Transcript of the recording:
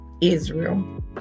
Israel